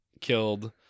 killed